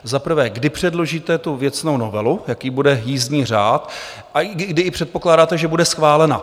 Za prvé, kdy předložíte tu věcnou novelu, jaký bude jízdní řád a kdy předpokládáte, že bude schválena?